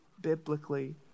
Biblically